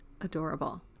adorable